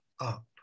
up